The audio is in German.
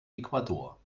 ecuador